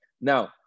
Now